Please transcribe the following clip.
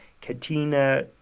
katina